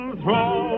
throw